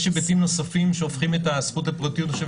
יש היבטים נוספים שהופכים את הזכות לפרטיות אני חושב